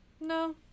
No